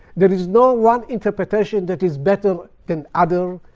there is no one interpretation that is better than other.